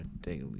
daily